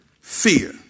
Fear